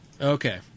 Okay